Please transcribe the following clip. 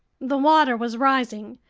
the water was rising.